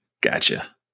gotcha